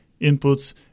inputs